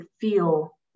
feel